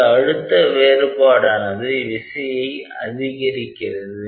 இந்த அழுத்த வேறுபாடு ஆனது விசையை அதிகரிக்கிறது